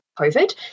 COVID